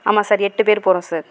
ஆமாம் சார் எட்டு பேர் போகிறோம் சார்